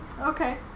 Okay